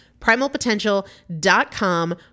Primalpotential.com